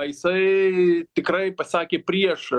jisai tikrai pasakė prieš